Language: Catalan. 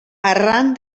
arran